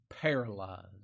paralyzed